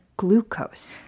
glucose